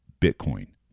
Bitcoin